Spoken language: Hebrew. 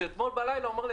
כשאתמול בלילה הוא אמר לי,